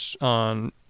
on